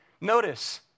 notice